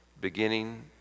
beginning